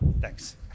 Thanks